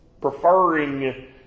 Preferring